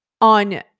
on